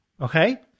okay